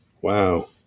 Wow